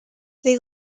they